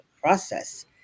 process